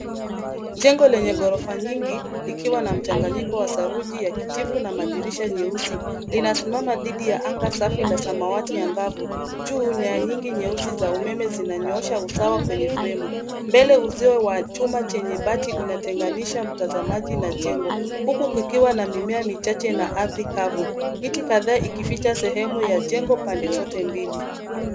Jengo lenye ghorofa nyingi, likiwa na mchanganyiko wa saruji ya kijivu na madirisha nyeusi, linasimama dhidi ya anga safi la samawati angavu. Juu nyaya nyingi nyeusi za umeme zinanyoosha usawa kwenye fremu. Mbele uzio wa chuma chenye bati unatenganisha mtazamaji na jengo, huku kukiwa na mimea michache na ardhi kavu. Miti kadhaa ikificha sehemu ya jengo pande zote mbili.